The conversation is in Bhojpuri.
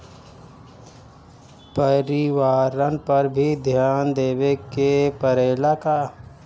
परिवारन पर भी ध्यान देवे के परेला का?